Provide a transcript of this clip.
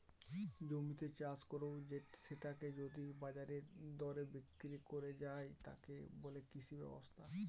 জমিতে চাষ কত্তে সেটাকে যদি বাজারের দরে বিক্রি কত্তে যায়, তাকে বলে কৃষি ব্যবসা